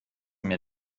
mir